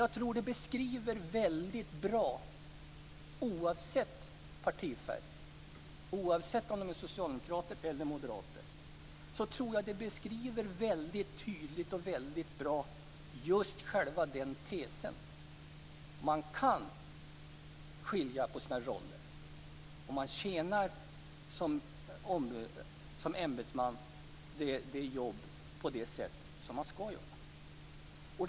Detta beskriver väldigt tydligt och bra, oavsett partifärg, om det är socialdemokrater eller moderater, just den tesen att man kan skilja på sina roller om man tjänar som ämbetsman på det sätt som man skall göra.